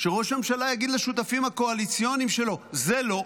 שראש הממשלה יגיד לשותפים הקואליציוניים שלו: זה לא,